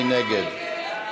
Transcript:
מי נגד?